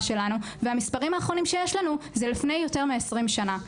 שלנו והמספרים האחרונים שיש לנו זה לפני יותר מ-20 שנה.